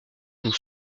nous